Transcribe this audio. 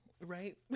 right